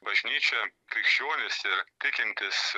bažnyčia krikščionys ir tikintys